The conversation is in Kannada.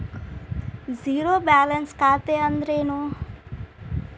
ಝೇರೋ ಬ್ಯಾಲೆನ್ಸ್ ಖಾತೆ ಅಂದ್ರೆ ಏನು?